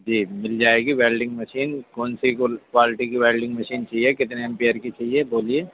جی مل جائے گی ویلڈنگ مشین کون سی کوالٹی کی ویلڈنگ مشین چاہیے کتنے ایمپیئر کی چاہیے بولیے